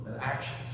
actions